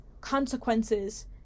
consequences